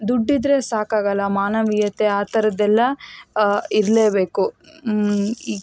ದುಡ್ಡಿದ್ದರೆ ಸಾಕಾಗಲ್ಲ ಮಾನವೀಯತೆ ಆ ಥರದ್ದೆಲ್ಲ ಇರಲೇಬೇಕು ಇ